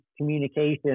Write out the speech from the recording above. communication